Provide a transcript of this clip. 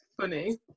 Funny